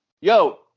yo